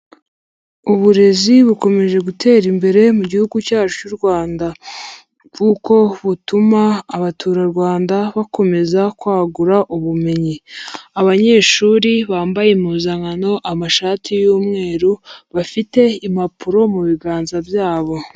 Uburezi bukomeje gutera imbere mu gihugu cyacu cy'u Rwanda kuko butuma abaturarwanda bakomeza kwagura ubumenyi. Abanyeshuri bambaye impuzankano, amashati y'umweru bafite impapuro mu biganza byabo.